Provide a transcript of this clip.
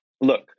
Look